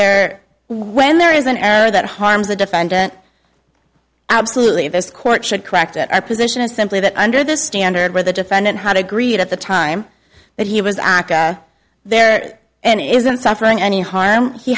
there when there is an error that harms the defendant absolutely this court should crack that our position is simply that under this standard where the defendant had agreed at the time that he was there and isn't suffering any harm he